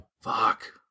fuck